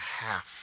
half